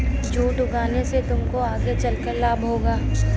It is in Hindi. जूट उगाने से तुमको आगे चलकर लाभ होगा